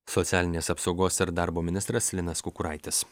socialinės apsaugos ir darbo ministras linas kukuraitis